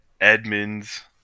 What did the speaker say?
Edmonds